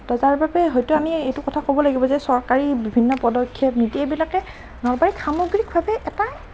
ত' তাৰ বাবে হয়তো মই এইটো কথা ক'ব লাগিব যে চৰকাৰী বিভিন্ন পদক্ষেপ নিকি এইবিলাকে নলবাৰীক সামগ্ৰিকভাৱে এটা